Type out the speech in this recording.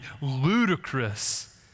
ludicrous